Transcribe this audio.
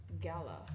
Gala